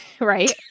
Right